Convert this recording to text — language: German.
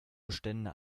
bestände